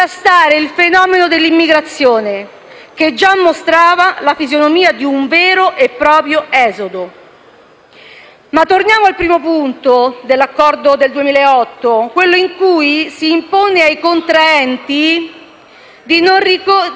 il fenomeno dell'immigrazione, che già mostrava la fisionomia di un vero e proprio esodo. Torniamo però al primo punto dell'accordo del 2008, in cui si impone ai contraenti di non ricorrere